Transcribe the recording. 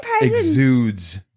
exudes